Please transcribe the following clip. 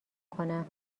کنم